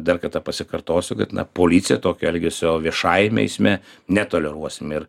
dar kartą pasikartosiu kad na policija tokio elgesio viešajame eisme netoleruosim ir